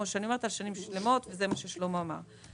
על שנים שלמות, וזה מה ששלמה אוחיון אמר.